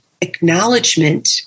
acknowledgement